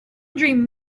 dream